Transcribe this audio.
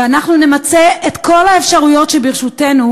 ואנחנו נמצה את כל האפשרויות שברשותנו